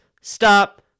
stop